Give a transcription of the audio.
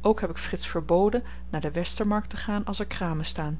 ook heb ik frits verboden naar de westermarkt te gaan als er kramen staan